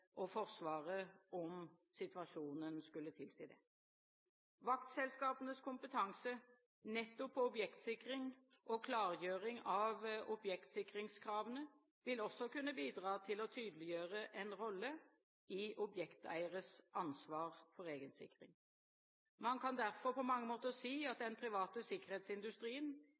og Forsvaret om situasjonen skulle tilsi det. Vaktselskapenes kompetanse, nettopp på objektsikring og klargjøring av objektsikringskravene, vil også kunne bidra til å tydeliggjøre en rolle i objekteieres ansvar for egensikring. Man kan derfor på mange måter si at den private sikkerhetsindustrien